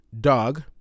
Dog